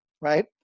Right